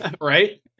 Right